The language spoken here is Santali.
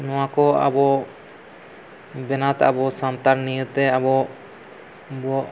ᱱᱚᱣᱟᱠᱚ ᱟᱵᱚ ᱵᱮᱱᱟᱣᱛᱮ ᱟᱵᱚ ᱥᱟᱱᱛᱟᱲ ᱱᱚᱭᱟᱹᱛᱮ ᱟᱵᱚ ᱵᱚ